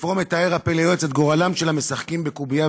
בספרו "פלא יועץ" הוא מתאר את גורלם של המשחקים בקובייה,